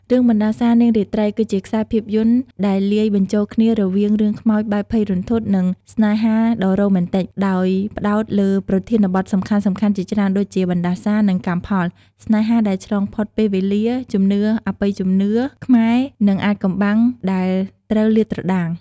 រឿងបណ្ដាសានាងរាត្រីគឺជាខ្សែភាពយន្តដែលលាយបញ្ចូលគ្នារវាងរឿងខ្មោចបែបភ័យរន្ធត់ និងស្នេហាដ៏រ៉ូមែនទិក ដោយផ្តោតលើប្រធានបទសំខាន់ៗជាច្រើនដូចជា បណ្ដាសា និងកម្មផល ស្នេហាដែលឆ្លងផុតពេលវេលា ជំនឿអបិយជំនឿខ្មែរ នឹងអាថ៌កំបាំងដែលត្រូវលាតត្រដាង ។